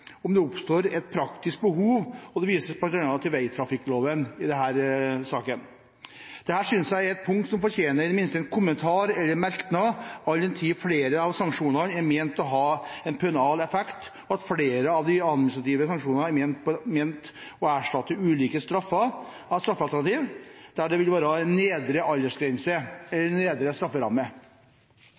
om det oppstår et praktisk behov, og det vises bl.a. til veitrafikkloven. Dette synes jeg er et punkt som i det minste fortjener en kommentar eller en merknad, all den tid flere av sanksjonene er ment å ha en pønal effekt og at flere av de administrative sanksjonene er ment å erstatte ulike straffer og straffalternativ, der det vil være en nedre